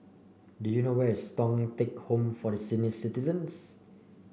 do you know where is Thong Teck Home for Senior Citizens